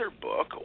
book